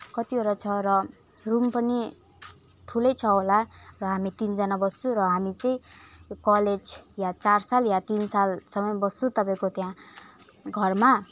कतिवटा छ र रुम पनि ठुलै छ होला र हामी तिनजना बस्छु र हामी चाहिँ कलेज या चार साल या तिन सालसम्म बस्छु तपाईँको त्यहाँ घरमा